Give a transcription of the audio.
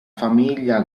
famiglia